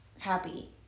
happy